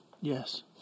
Yes